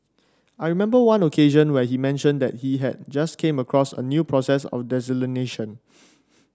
I remember one occasion when he mentioned that he had just came across a new process of desalination